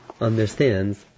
understands